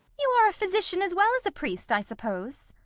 you are a physician as well as a priest, i suppose.